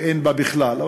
שאין בה בכלל,